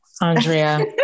Andrea